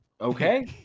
Okay